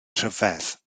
rhyfedd